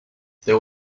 there